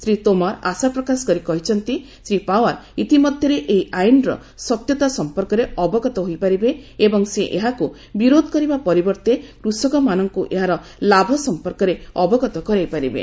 ଶ୍ରୀ ତୋମାର ଆଶାପ୍ରକାଶ କରି କହିଛନ୍ତି ଶ୍ରୀପାଓ୍ବାର ଇତି ମଧ୍ୟରେ ଏହି ଆଇନର ସତ୍ୟତା ସମ୍ପର୍କରେ ଅବଗତ ହୋଇପାରିବେ ଏବଂ ସେ ଏହାକୁ ବିରୋଧ କରିବା ପରିବର୍ତ୍ତେ କୃଷକମାନଙ୍କୁ ଏହାର ଲାଭ ସମ୍ପର୍କରେ ଅବଗତ କରାଇପାରିବେ